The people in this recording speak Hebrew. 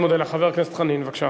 חבר הכנסת דב חנין, בבקשה.